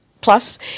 Plus